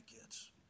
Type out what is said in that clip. kids